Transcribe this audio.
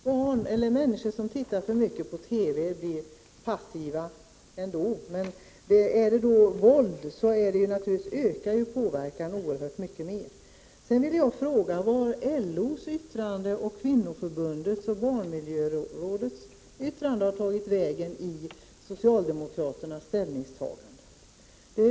Herr talman! Människor som tittar för mycket på TV blir passiva. Tittar man då på våldsskildringar blir naturligtvis påverkan oerhört mycket större. Jag måste fråga: Vart tog LO:s, Socialdemokratiska kvinnoförbundets och barnmiljörådets yttranden vägen i socialdemokraternas ställningstagande?